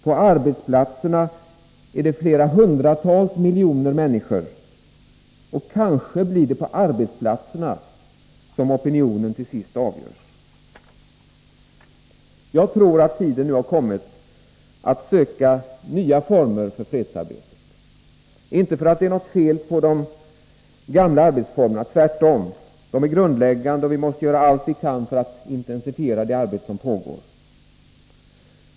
På arbetsplatserna är det flera hundratals miljoner människor, och kanske blir det på arbetsplatserna som opinionen till sist avgörs. Jag tror att tiden nu har kommit att söka nya former för fredsarbetet, inte för att det är något fel på de gamla arbetsformerna — tvärtom, de är grundläggande och vi måste göra allt vi kan för att intensifiera det arbete som pågår.